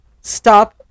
Stop